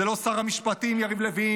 זה לא שר המשפטים יריב לוין,